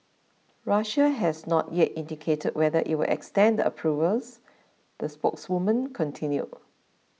Russia has not yet indicated whether it will extend the approvals the spokeswoman continued